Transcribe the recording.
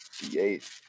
D8